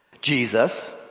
Jesus